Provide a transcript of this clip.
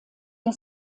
der